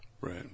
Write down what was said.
Right